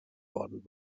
worden